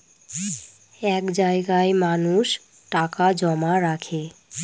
এক জায়গায় মানুষ টাকা জমা রাখে